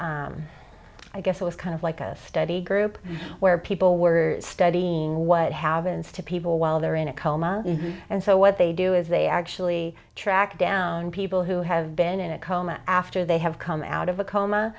this i guess it was kind of like a study group where people were studying what have instapaper while they're in a coma and so what they do is they actually track down people who have been in a coma after they have come out of a coma